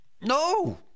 No